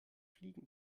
fliegen